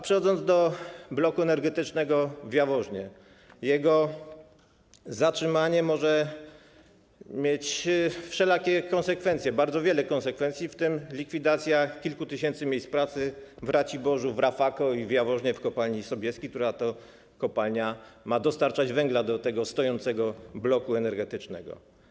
Przechodząc do bloku energetycznego w Jaworznie, powiem, że jego zatrzymanie może mieć wszelakie konsekwencje, bardzo wiele konsekwencji, w tym likwidację kilku tysięcy miejsc pracy w Raciborzu, w Rafako i w Jaworznie, w kopalni Sobieski, która ma dostarczać węgiel do tego stojącego bloku energetycznego.